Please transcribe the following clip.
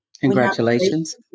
Congratulations